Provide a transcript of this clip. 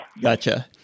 Gotcha